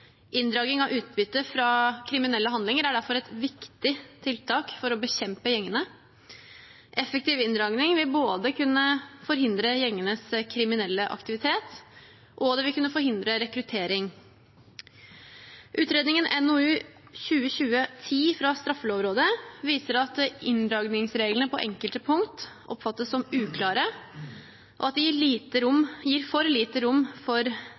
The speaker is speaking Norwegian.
Inndragning av utbytte fra kriminelle handlinger er derfor et viktig tiltak for å bekjempe gjengene. Effektiv inndragning vil både kunne forhindre gjengenes kriminelle aktivitet, og det vil kunne forhindre rekruttering. Utredningen NOU 2020: 10 fra Straffelovrådet viser at inndragningsreglene på enkelte punkt oppfattes som uklare, og at de gir for lite